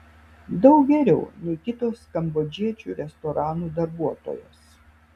daug geriau nei kitos kambodžiečių restoranų darbuotojos